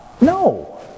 No